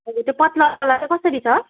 हजुर त्यो पात्लावाला चाहिँ कसरी छ